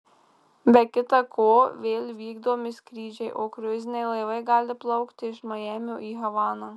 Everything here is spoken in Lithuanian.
be kita ko vėl vykdomi skrydžiai o kruiziniai laivai gali plaukti iš majamio į havaną